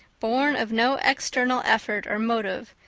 born of no external effort or motive,